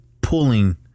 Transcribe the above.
pulling